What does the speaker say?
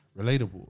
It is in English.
relatable